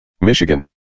Michigan